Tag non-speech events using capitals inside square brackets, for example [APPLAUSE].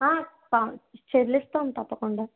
[UNINTELLIGIBLE] చెల్లిస్తాం తప్పకుండా